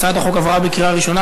הצעת החוק עברה בקריאה ראשונה,